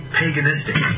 paganistic